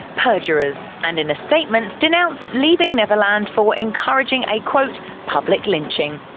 perjurers, and in a statement, denounced leaving neverland for encouraging a, quote, public lynching.